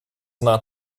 not